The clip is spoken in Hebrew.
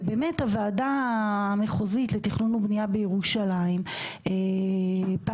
ובאמת הוועדה המחוזית לתכנון ובניה בירושלים פעלה